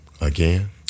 Again